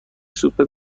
سوپ